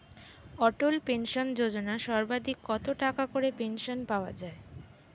অটল pension Yojana সর্বাধিক কত টাকা করে পেনশন পাওয়া যায়?